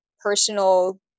personal